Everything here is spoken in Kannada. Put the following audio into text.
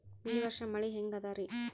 ಈ ವರ್ಷ ಮಳಿ ಹೆಂಗ ಅದಾರಿ?